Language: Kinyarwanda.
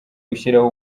gushyiraho